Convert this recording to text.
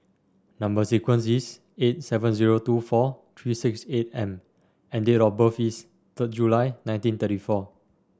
number sequence is eight seven zero two four three six eight M and date of birth is third July nineteen thirty four